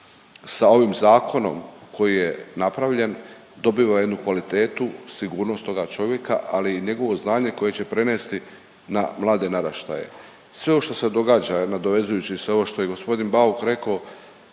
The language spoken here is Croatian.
sa ovim zakonom koji je napravljen dobiva jednu kvalitetu, sigurnost toga čovjeka ali i njegovo znanje koje će prenesti na mlade naraštaje. Sve ovo što se događa nadovezujući sve ovo što je gospodin Bauk rekao,